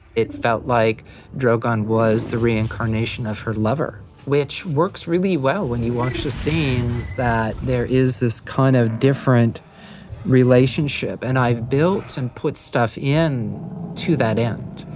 it felt like drogon was the reincarnation of her lover which works really well when you watch the scenes that there is this kind of different relationship and i've built and put stuff in to that end,